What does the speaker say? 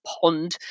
pond